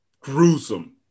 gruesome